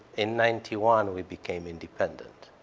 in ninety one, we became independent.